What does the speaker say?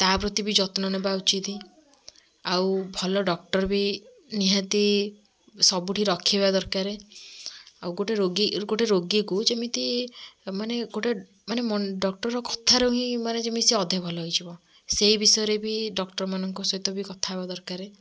ତା ପ୍ରତି ବି ଯତ୍ନ ନେବା ଉଚିତ୍ ଆଉ ଭଲ ଡକ୍ଟର୍ ବି ନିହାତି ସବୁଠି ରଖିବା ଦରକାର ଆଉ ଗୋଟେ ରୋଗୀ ଗୋଟେ ରୋଗୀକୁ ଯେମିତି ମାନେ ଗୋଟେ ମାନେ ମ ଡକ୍ଟର୍ର କଥାରୁ ହିଁ ମାନେ ଯେମିତି ସେ ଅଧେ ଭଲ ହୋଇଯିବ ସେଇ ବିଷୟରେ ବି ଡକ୍ଟର୍ମାନଙ୍କ ସହିତ ବି କଥାହେବା ଦରକାର